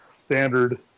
Standard